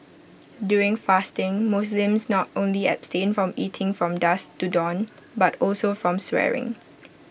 during fasting Muslims not only abstain from eating from dusk to dawn but also from swearing